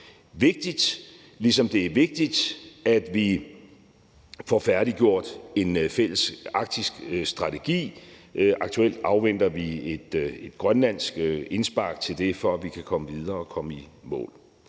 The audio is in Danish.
det er vigtigt, at vi får færdiggjort en fælles arktisk strategi. Aktuelt afventer vi et grønlandsk indspark til det, før vi kan komme videre og komme i mål.